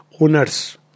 Owners